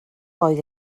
oedd